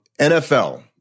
NFL